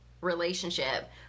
relationship